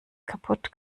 kaputt